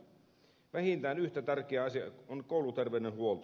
vähintään yhtä tärkeä asia on kouluterveydenhuolto